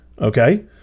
okay